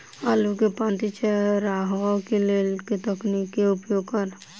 आलु केँ पांति चरावह केँ लेल केँ तकनीक केँ उपयोग करऽ?